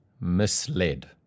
misled